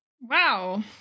Wow